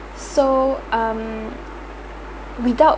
so um without